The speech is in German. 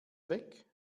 weg